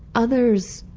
others,